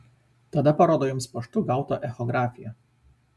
tada parodo joms paštu gautą echografiją